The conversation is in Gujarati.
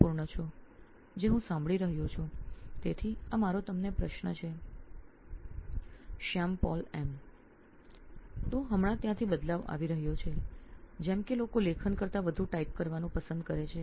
શ્યામ પોલ એમ માર્કેટિંગ નોઇન ઇલેક્ટ્રોનિક્સ તો હમણાં એ પરિવર્તન થઇ રહ્યું છે કે લોકો લેખન કરતાં વધુ ટાઇપ કરવાનું પસંદ કરે છે